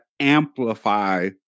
amplify